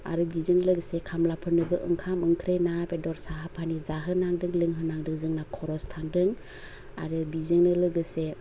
आरो बेजों लोगोसे खामलाफोदनोबो ओंखाम ओंख्रि ना बेदर साहा फानि जाहोनांदों लोंहोनांदों जोंना खरस थांदों आरो बेजोंनो लोगोसे